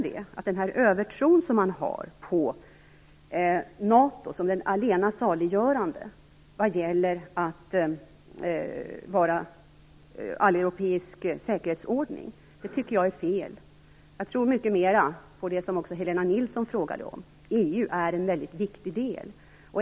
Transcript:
Den övertro man har på att NATO som det allena saliggörande vad gäller att vara alleuropeisk säkerhetsordning tycker jag är fel. Jag tror mycket mer på det som Helena Nilsson frågade om. EU är en mycket viktig del.